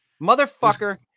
Motherfucker